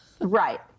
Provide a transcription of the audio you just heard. Right